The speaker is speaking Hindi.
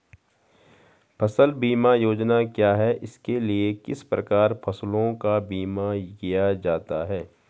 फ़सल बीमा योजना क्या है इसके लिए किस प्रकार फसलों का बीमा किया जाता है?